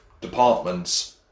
departments